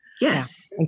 yes